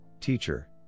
teacher